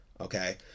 okay